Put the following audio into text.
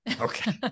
Okay